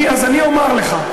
אז אני אומר לך.